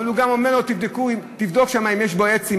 אבל הוא גם אומר לו: תבדוק אם יש שם עץ,